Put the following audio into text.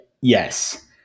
Yes